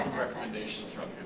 recommendations